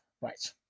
right